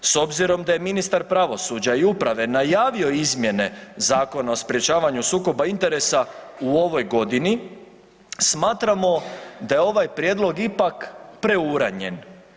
S obzirom da je ministar pravosuđa i uprave najavio izmjene Zakona o sprječavanju sukoba interesa u ovoj godini smatramo da je ovaj prijedlog ipak preuranjen.